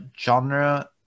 genre